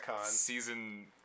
season